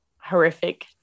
horrific